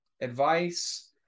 advice